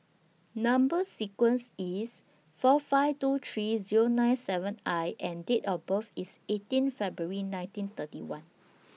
Number sequence IS S four five two three Zero nine seven I and Date of birth IS eighteen February nineteen thirty one